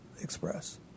express